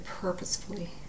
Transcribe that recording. purposefully